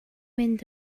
mynd